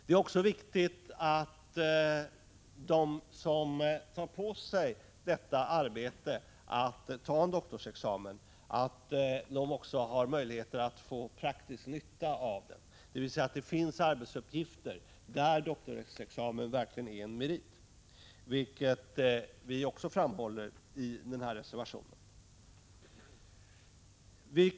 Det är också viktigt att de som tar på sig arbetet med att ta en doktorsexamen får praktisk nytta av denna, dvs. att det finns arbetsuppgifter för vilka deras examen verkligen är en merit. Även detta framhåller vi i vår reservation.